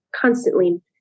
constantly